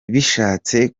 bishatse